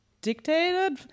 dictated